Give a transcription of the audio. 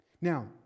Now